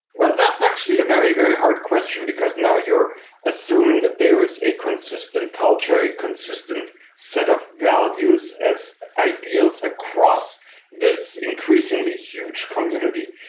but that's actually a very, very hard question, because now you're assuming that there is a consistent culture, a consistent set of values as ideals across this increasingly huge community.